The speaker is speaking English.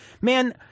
man